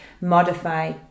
modify